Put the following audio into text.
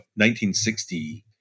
1960